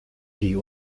die